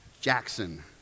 Jackson